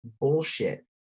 bullshit